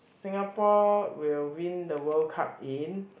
Singapore will win the World Cup in